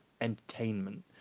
entertainment